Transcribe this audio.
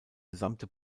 gesamte